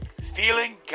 feeling